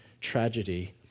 tragedy